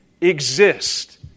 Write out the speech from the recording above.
exist